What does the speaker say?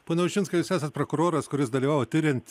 pone ušinskai jūs esat prokuroras kuris dalyvavo tiriant